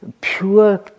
pure